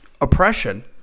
oppression